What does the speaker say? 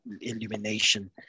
illumination